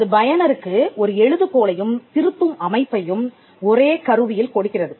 அது பயனருக்கு ஒரு எழுது கோலையும் திருத்தும் அமைப்பையும் ஒரே கருவியில் கொடுக்கிறது